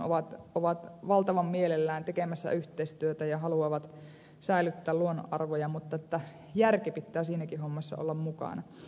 päinvastoin ovat valtavan mielellään tekemässä yhteistyötä ja haluavat säilyttää luonnonarvoja mutta järki pitää siinäkin hommassa olla mukana